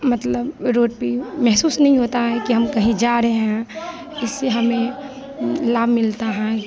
मतलब रोड पर महसूस नहीं होता है कि हम कहीं जा रहे हैं इससे हमें लाभ मिलता है